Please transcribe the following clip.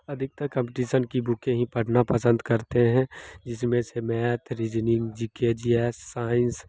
अधिकतर कंपटीसन की भी बुकें ही पढ़ना पसंद करते हैं जिसमें से math reasoning G K G S science